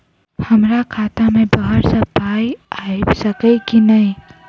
हमरा खाता मे बाहर सऽ पाई आबि सकइय की नहि?